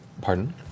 pardon